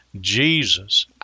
Jesus